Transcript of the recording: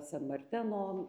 sen marteno